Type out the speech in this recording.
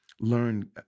learn